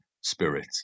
spirit